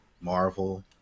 Marvel